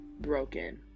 broken